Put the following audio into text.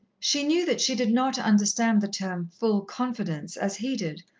she knew that she did not understand the term full confidence as he did,